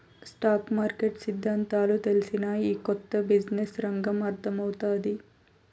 stock market సిద్దాంతాలు తెల్సినా, ఈ కొత్త బిజినెస్ రంగం అర్థమౌతాది